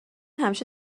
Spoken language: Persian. همیشه